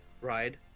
ride